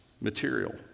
material